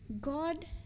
God